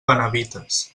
benavites